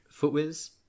footwiz